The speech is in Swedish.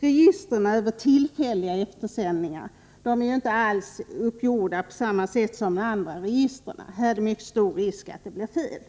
Registren över tillfälliga eftersändningar är inte alls uppgjorda på samma sätt som de andra registren, och där finns stor risk att det blir fel.